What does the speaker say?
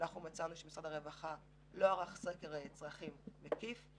מצאנו שמשרד הרווחה לא ערך סקר צרכים מקיף,